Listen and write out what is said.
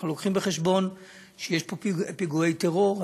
אנחנו לוקחים בחשבון שיש פה פיגועי טרור.